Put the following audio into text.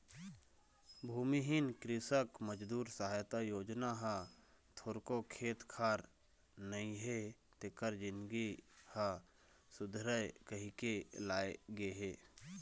भूमिहीन कृसक मजदूर सहायता योजना ह थोरको खेत खार नइ हे तेखर जिनगी ह सुधरय कहिके लाए गे हे